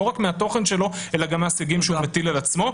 לא רק מהתוכן שלו אלא גם מהסייגים שהוא מטיל על עצמו.